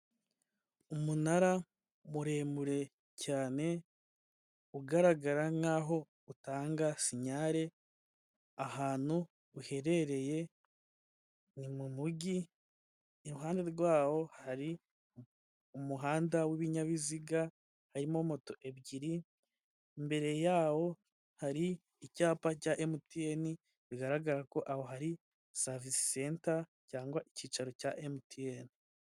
Umunara muremure cyane ugaragara nkaho utanga sinyare, ahantu uherereye ni mumujyi iruhande rwawo hari umuhanda w'ibinyabiziga, harimo moto ebyiri mbere yawo hari icyapa cya MTN bigaragara ko aho hari savisi seta cyangwa icyicaro cya MTN.